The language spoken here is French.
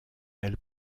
elle